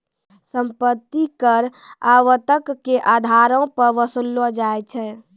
सम्पति कर आवर्तक के अधारो पे वसूललो जाय छै